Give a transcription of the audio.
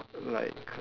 like